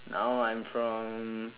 now I'm from